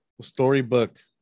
Storybook